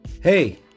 Hey